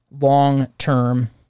long-term